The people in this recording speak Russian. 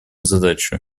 задачу